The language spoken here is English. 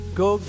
go